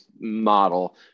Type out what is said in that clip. model